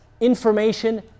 information